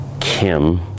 Kim